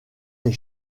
des